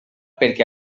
perquè